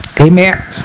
Amen